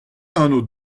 anv